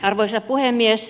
arvoisa puhemies